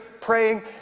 praying